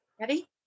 Ready